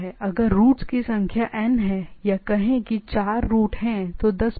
इसलिए अगर रूट्स की संख्या 'n है या कहें कि 4 रूट हैं तो 10 पैकेट कुछ भी कर सकते हैं